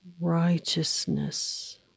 righteousness